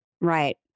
Right